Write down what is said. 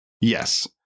Yes